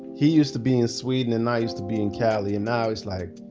he used to be in sweden and i used to be in cali and now it's like